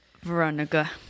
Veronica